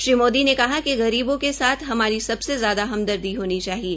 श्री मोदी ने कहा कि गरीबों के साथ हमारी सबसे ज्यादा हमदर्दी होनी चाहिए